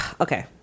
okay